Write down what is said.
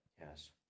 Yes